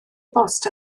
bost